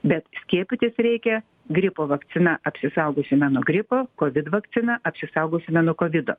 bet skiepytis reikia gripo vakcina apsisaugosime nuo gripo kovid vakcina apsisaugosime nuo kovido